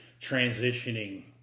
transitioning